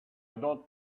don’t